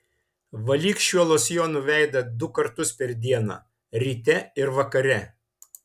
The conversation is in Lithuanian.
valyk šiuo losjonu veidą du kartus per dieną ryte ir vakare